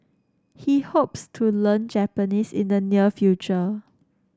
he hopes to learn Japanese in the near future